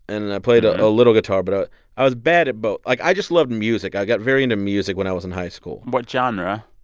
and i played a ah little guitar. but i was bad at both. like, i just loved music. i got very into music when i was in high school what genre?